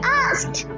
asked